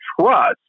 trust